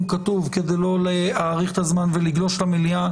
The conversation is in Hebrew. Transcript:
כתוב כדי לא להאריך את הזמן ולגלוש למליאה,